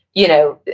you know,